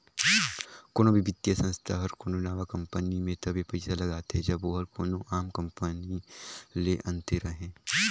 कोनो भी बित्तीय संस्था हर कोनो नावा कंपनी में तबे पइसा लगाथे जब ओहर कोनो आम कंपनी ले अन्ते रहें